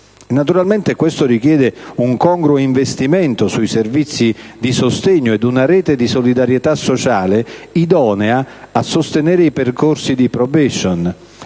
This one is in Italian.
Naturalmente ciò richiede un congruo investimento sui servizi di sostegno ed una rete di solidarietà sociale idonea a sostenere i percorsi di *probation*: